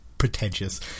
pretentious